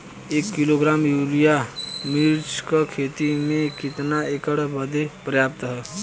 एक kilogram urea मिर्च क खेती में कितना एकड़ बदे पर्याप्त ह?